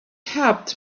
helped